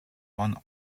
won